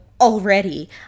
already